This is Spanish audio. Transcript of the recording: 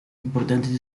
importantes